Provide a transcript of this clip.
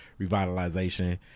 Revitalization